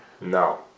No